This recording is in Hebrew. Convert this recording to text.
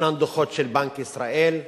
ישנם דוחות של בנק ישראל,